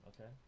okay